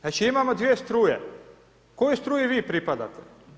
Znači imamo dvije struje, kojoj struji vi pripadate?